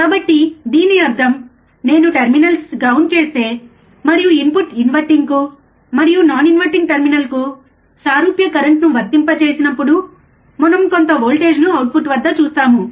కాబట్టి దీని అర్థం నేను టెర్మినల్స్ గ్రౌండ్ చేస్తే మరియు ఇన్పుట్ ఇన్వర్టింగ్కు మరియు నాన్ ఇన్వర్టింగ్ టెర్మినల్స్కు సారూప్య కరెంట్ను వర్తింపజేసినప్పుడు మనం కొంత వోల్టేజ్ను అవుట్పుట్ వద్ద చూస్తాము